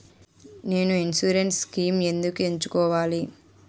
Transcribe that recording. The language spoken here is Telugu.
నేను ఇన్సురెన్స్ స్కీమ్స్ ఎందుకు ఎంచుకోవాలి?